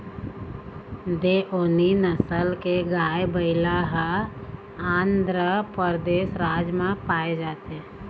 देओनी नसल के गाय, बइला ह आंध्रपरदेस राज म पाए जाथे